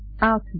out